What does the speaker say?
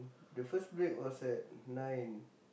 the first break was at nine